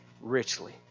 richly